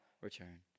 return